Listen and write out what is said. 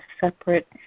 separate